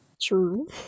True